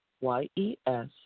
y-e-s